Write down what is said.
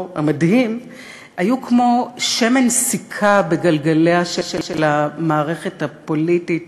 המדהים היו כמו שמן סיכה בגלגליה של המערכת הפוליטית